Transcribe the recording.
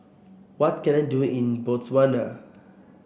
what can I do in Botswana